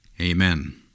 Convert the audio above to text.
amen